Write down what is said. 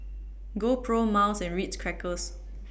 GoPro Miles and Ritz Crackers